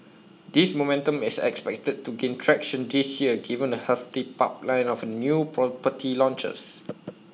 this momentum is expected to gain traction this year given A healthy pipeline of new property launches